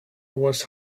was